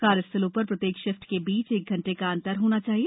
कार्यस्थलों पर प्रत्येक शिफ्ट के बीच एक घंटे का अंतर होना चाहिए